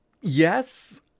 Yes